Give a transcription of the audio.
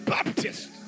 Baptist